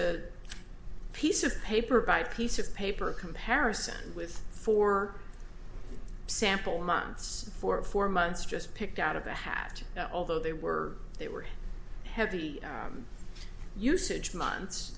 a piece of paper by piece of paper a comparison with four sample months for four months just picked out of a hat although they were they were heavy usage months